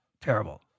terrible